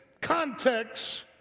context